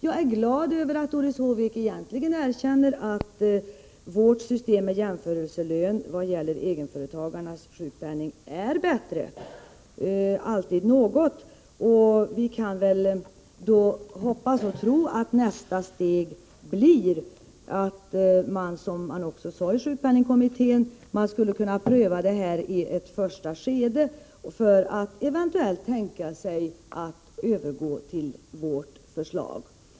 Jag är glad över att Doris Håvik egentligen erkänner att vårt system med jämförelselön när det gäller egenföretagarnas sjukpenning är bättre. Det är alltid något. Vi kan hoppas och tro att nästa steg blir att man, som också sades i sjukpenningkommittén, skall kunna pröva detta i ett första skede för att sedan eventuellt tänka sig att övergå till vårt förslag.